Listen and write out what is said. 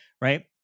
Right